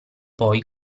poi